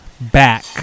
back